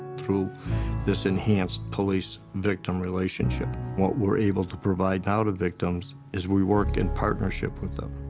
through this enhanced police victim relationship, what we're able to provide now to victims is we work in partnership with them.